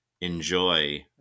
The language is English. Enjoy